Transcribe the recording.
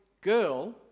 girl